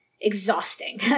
exhausting